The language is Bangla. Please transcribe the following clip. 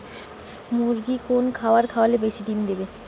মুরগির কোন খাবার খাওয়ালে বেশি ডিম দেবে?